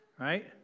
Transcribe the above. right